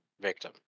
victim